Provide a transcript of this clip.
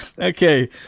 Okay